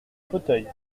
fauteuil